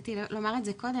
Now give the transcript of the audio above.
רציתי לומר את זה קודם,